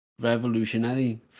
revolutionary